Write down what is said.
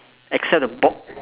except the bo~